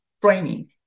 training